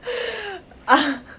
ah